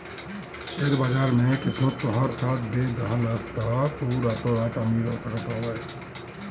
share बाजार में किस्मत तोहार साथ दे देहलस तअ तू रातो रात अमीर हो सकत हवअ